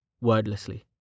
wordlessly